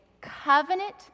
covenant